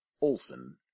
Olson